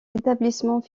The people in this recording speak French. établissements